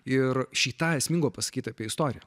ir šį tą esmingo pasakyti apie istoriją